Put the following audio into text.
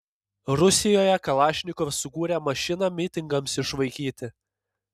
rusijoje kalašnikov sukūrė mašiną mitingams išvaikyti